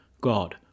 God